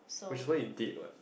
which is what you did what